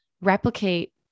replicate